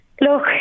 look